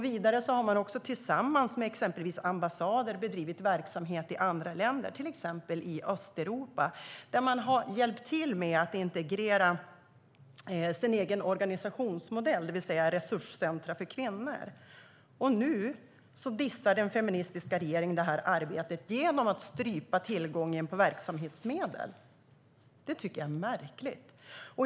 Vidare har man tillsammans med exempelvis ambassader bedrivit verksamhet i andra länder. I till exempel Östeuropa har man hjälpt till med att integrera den egna organisationsmodellen, det vill säga resurscentrum för kvinnor. Nu dissar den feministiska regeringen detta arbete genom att strypa tillgången på verksamhetsmedel. Det tycker jag är märkligt.